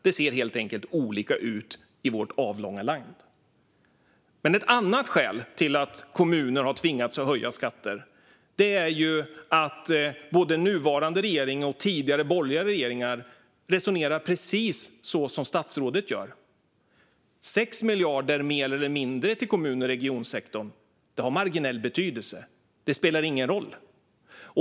Det ser helt enkelt olika ut i vårt avlånga land. En annan anledning till att kommuner har tvingats höja skatter är att både nuvarande regering och tidigare borgerliga regeringar resonerar precis så som statsrådet gör: 6 miljarder mer eller mindre till kommun och regionsektorn har marginell betydelse. Det spelar ingen roll.